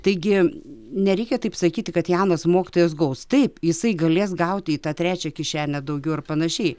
taigi nereikia taip sakyti kad jaunas mokytojas gaus taip jisai galės gauti į tą trečią kišenę daugiau ar panašiai